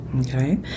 okay